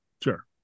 sure